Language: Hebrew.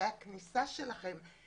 שבע ברכות לחתן כלה שלקחנו ממקום,